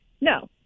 no